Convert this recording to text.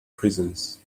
prisons